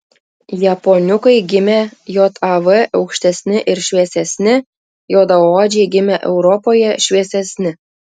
japoniukai gimę jav aukštesni ir šviesesni juodaodžiai gimę europoje šviesesni